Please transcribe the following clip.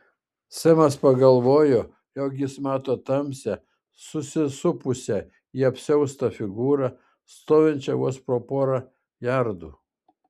semas pagalvojo jog jis mato tamsią susisupusią į apsiaustą figūrą stovinčią vos per porą jardų